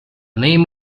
name